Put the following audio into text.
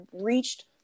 reached